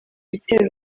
bitero